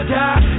die